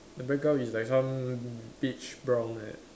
the background is like some beach brown like that